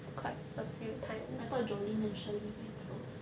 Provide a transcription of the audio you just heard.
I thought jolin and shirley very close